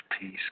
peace